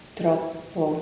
troppo